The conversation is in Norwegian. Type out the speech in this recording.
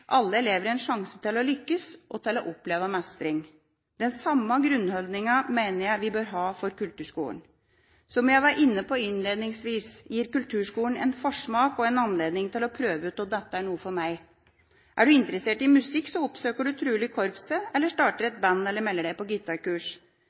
alle elever en sjanse til å lykkes og til å oppleve mestring. Den samme grunnholdningen mener jeg vi bør ha for kulturskolen. Som jeg var inne på innledningsvis, gir kulturskolen en forsmak og en anledning til å prøve ut «om dette er noe for meg». Er du interessert i musikk, oppsøker du trolig korpset eller starter